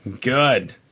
Good